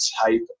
type